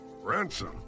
Ransom